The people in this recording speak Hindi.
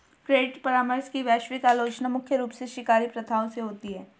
क्रेडिट परामर्श की वैश्विक आलोचना मुख्य रूप से शिकारी प्रथाओं से होती है